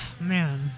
Man